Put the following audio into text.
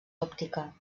òptica